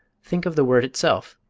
think of the word itself,